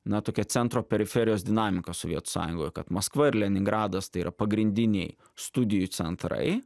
na tokia centro periferijos dinamika sovietų sąjungoj kad maskva ir leningradas tai yra pagrindiniai studijų centrai